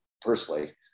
personally